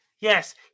Yes